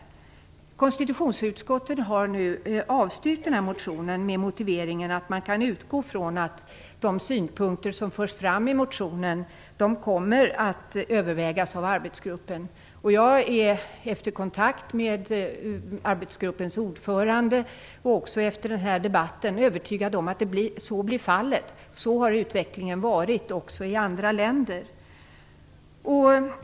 Konstitutionsutskottet har nu avstyrkt motionen, med motiveringen att man kan utgå från att de synpunkter som förs fram i motionen kommer att övervägas av arbetsgruppen. Jag är, efter kontakt med arbetsgruppens ordförande och efter den här debatten, övertygad om att så blir fallet. Så har utvecklingen varit också i andra länder.